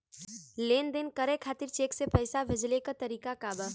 लेन देन करे खातिर चेंक से पैसा भेजेले क तरीकाका बा?